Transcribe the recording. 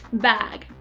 bag.